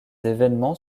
évènements